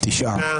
הצבעה